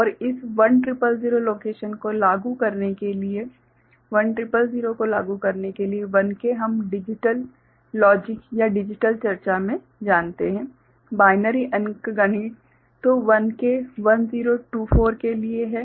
और इस 1000 लोकेशन को लागू करने के लिए 1000 1K हम डिजिटल लॉजिक या डिजिटल चर्चाdigital discussion में जानते हैं बाइनरी अंकगणित तो 1K 1024 के लिए है